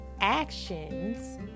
actions